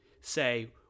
say